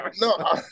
No